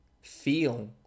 feel